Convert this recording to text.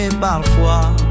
parfois